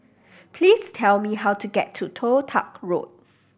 please tell me how to get to Toh Tuck Road